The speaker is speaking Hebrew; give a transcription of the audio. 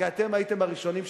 כי אתם הייתם הראשונים שנגעתם.